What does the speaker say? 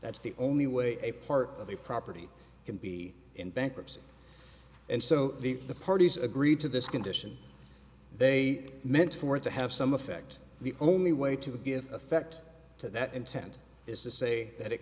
that's the only way a part of the property can be in bankruptcy and so the parties agreed to this condition they meant for it to have some effect the only way to give effect to that intent is to say that it